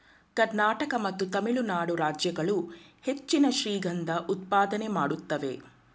ಕರ್ನಾಟಕ ಮತ್ತು ತಮಿಳುನಾಡು ರಾಜ್ಯಗಳು ಹೆಚ್ಚಿನ ಶ್ರೀಗಂಧ ಉತ್ಪಾದನೆ ಮಾಡುತ್ತೇವೆ